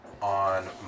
on